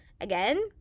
Again